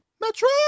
Metro